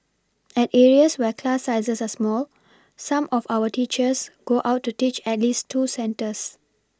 at areas where class sizes are small some of our teachers go out to teach at least two centres